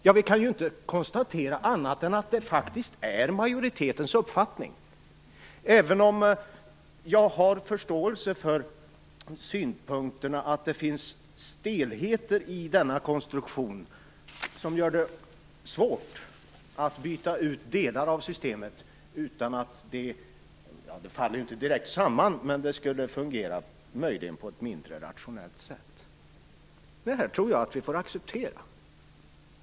Ja, vi kan inte konstatera annat än att detta faktiskt är majoritetens uppfattning, även om jag har förståelse för synpunkten att det finns stelheter i denna konstruktion som gör det svårt att byta ut delar av systemet utan att det - ja, det faller ju inte direkt samman, men det skulle möjligen fungera på ett mindre rationellt sätt. Det här tror jag att vi får acceptera.